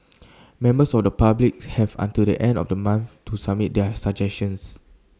members of the public have until the end of the month to submit their suggestions